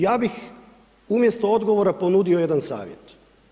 Ja bih umjesto odgovora ponudio jedan savjet.